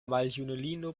maljunulino